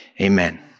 Amen